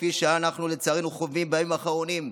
כפי שאנחנו לצערנו חווים בימים האחרונים,